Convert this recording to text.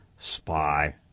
spy